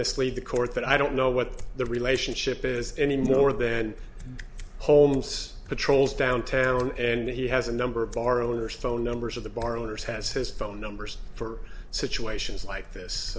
mislead the court that i don't know the relationship is anymore then holds patrols downtown and he has a number of borrowers phone numbers of the borrowers has his phone numbers for situations like this